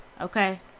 Okay